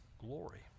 glory